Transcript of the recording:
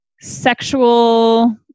Sexual